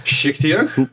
šiek tiek